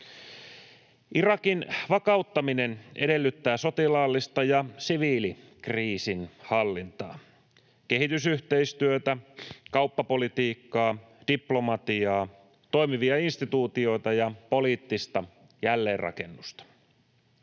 Irakin vakauttaminen edellyttää sotilaallista ja siviilikriisinhallintaa, kehitysyhteistyötä, kauppapolitiikkaa, diplomatiaa, toimivia instituutioita ja poliittista jälleenrakennusta.